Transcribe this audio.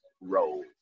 Road